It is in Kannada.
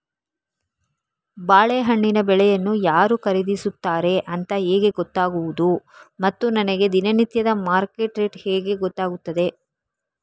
ಬಾಳೆಹಣ್ಣಿನ ಬೆಳೆಯನ್ನು ಯಾರು ಖರೀದಿಸುತ್ತಾರೆ ಅಂತ ಹೇಗೆ ಗೊತ್ತಾಗುವುದು ಮತ್ತು ನನಗೆ ದಿನನಿತ್ಯದ ಮಾರ್ಕೆಟ್ ರೇಟ್ ಹೇಗೆ ಗೊತ್ತಾಗುತ್ತದೆ?